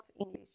English